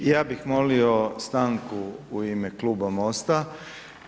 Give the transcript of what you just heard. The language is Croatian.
Ja bih molio stanku u ime kluba MOST-a.